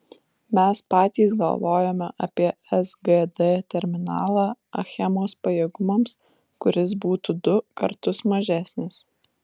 mes patys galvojome apie sgd terminalą achemos pajėgumams kuris būtų du kartus mažesnis